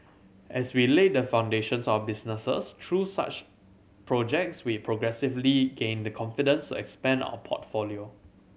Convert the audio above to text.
as we laid the foundations our businesses through such projects we progressively gained the confidence to expand our portfolio